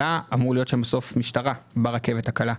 אמורה להיות משטרה ברכבת הקלה.